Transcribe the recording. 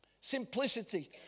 Simplicity